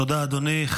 תודה, אדוני.